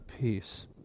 peace